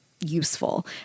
Useful